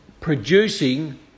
producing